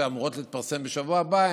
שאמורות להתפרסם בשבוע הבא,